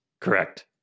Correct